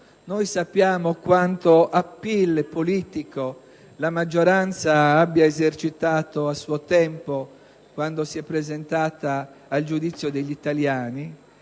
Noi sappiamo quanto *appeal* politico la maggioranza abbia esercitato a suo tempo, quando si è presentata al giudizio degli italiani;